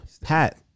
Pat